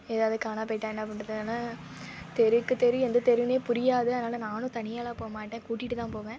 ஏதாவது காணாம போயிட்டால் என்ன பண்ணுறது ஏனால் தெருக்கு தெரு எந்த தெருனே புரியாது அதனால நானும் தனியாகலாம் போக மாட்டேன் கூட்டிகிட்டு தான் போவேன்